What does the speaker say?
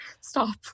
stop